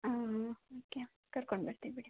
ಹಾಂ ಹಾಂ ಓಕೆ ಕರ್ಕೊಂಡು ಬರ್ತೀನಿ ಬಿಡಿ